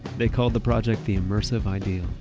they called the project the immersive ideal.